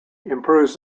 improves